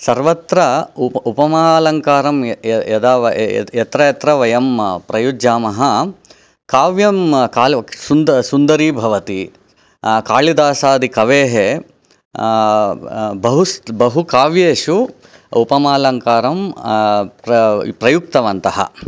सर्वत्र उप उपमालङ्कारं यदा यत्र यत्र वयं प्रयुज्यामः काव्यं कालो सुन्दर सुन्दरी भवति कालिदासादि कवेः बहुस् बहुकाव्येषु उपमालङ्कारं प्र प्रयुक्तवन्तः